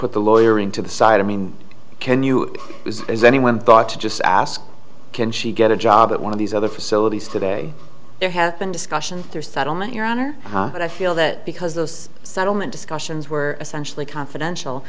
put the lawyer into the side of mean can you is there is anyone thought to just ask can she get a job at one of these other facilities today there has been discussion there settlement your honor and i feel that because those settlement discussions were essentially confidential